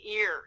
ear